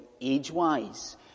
age-wise